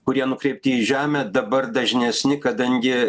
kurie nukreipti į žemę dabar dažnesni kadangi